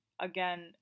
again